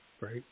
right